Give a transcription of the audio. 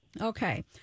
Okay